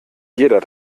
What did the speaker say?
jeder